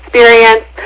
Experience